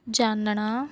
ਜਾਨਣਾ